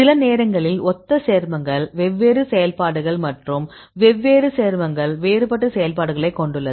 சில நேரங்களில் ஒத்த சேர்மங்கள் வெவ்வேறு செயல்பாடுகள் மற்றும் வெவ்வேறு சேர்மங்கள் வேறுபட்ட செயல்பாடுகளைக் கொண்டுள்ளது